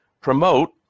promote